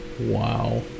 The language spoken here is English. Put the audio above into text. Wow